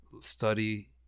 study